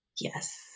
yes